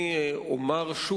יש המון דוברים,